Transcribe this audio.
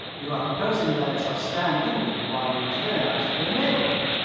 you are proposing that i shall stand in with you while you tyrannise over the neighbourhood.